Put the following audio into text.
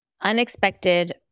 Unexpected